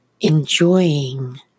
enjoying